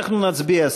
אנחנו נצביע.